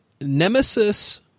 Nemesis